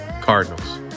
Cardinals